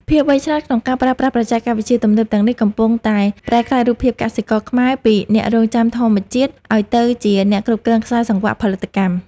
ភាពវៃឆ្លាតក្នុងការប្រើប្រាស់បច្ចេកវិទ្យាទំនើបទាំងនេះ កំពុងតែប្រែក្លាយរូបភាពកសិករខ្មែរពី អ្នករង់ចាំធម្មជាតិឱ្យទៅជាអ្នកគ្រប់គ្រងខ្សែសង្វាក់ផលិតកម្ម។